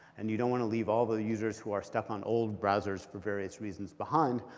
and you don't want to leave all the users who are stuck on old browsers for various reasons behind.